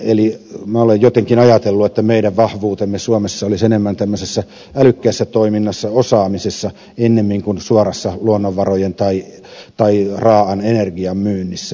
minä olen jotenkin ajatellut että meidän vahvuutemme suomessa olisi älykkäässä toiminnassa osaamisessa ennemmin kuin suorassa luonnonvarojen tai raaan energian myynnissä